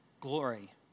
glory